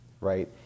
right